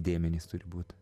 dėmenys turi būt